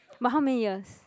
but how many years